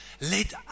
let